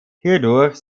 hierdurch